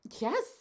yes